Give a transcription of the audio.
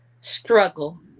struggle